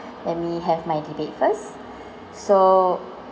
let me have my debate first so